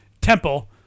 Temple